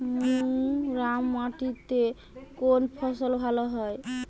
মুরাম মাটিতে কোন ফসল ভালো হয়?